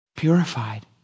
purified